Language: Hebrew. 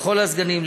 ולכל הסגנים,